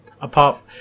Apart